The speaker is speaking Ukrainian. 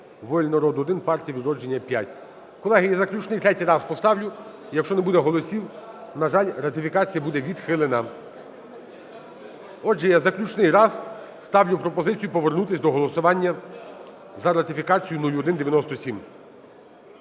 "Воля народу" – 1, "Партія "Відродження" – 5. Колеги, я заключний третій раз поставлю і якщо не буде голосів, на жаль, ратифікація буде відхилена. Отже, я заключний раз ставлю пропозицію повернутись до голосування за ратифікацію 0197.